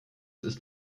ist